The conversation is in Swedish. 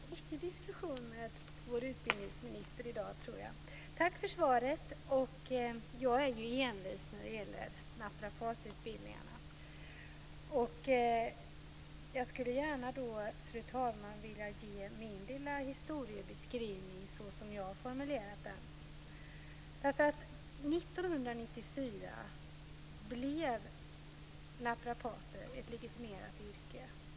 Fru talman! Det blir mycket diskussioner med vår utbildningsminister i dag, tror jag. Tack för svaret. Jag är ju envis när det gäller naprapatutbildningarna. Jag skulle gärna, fru talman, vilja ge min lilla historiebeskrivning såsom jag har formulerat den. År 1994 blev naprapat ett legitimerat yrke.